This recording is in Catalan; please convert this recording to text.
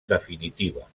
definitiva